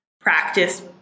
Practice